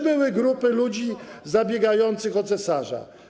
Trzy były grupy ludzi zabiegających o cesarza.